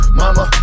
mama